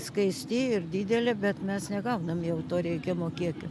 skaisti ir didelė bet mes negaunam jau to reikiamo kiekio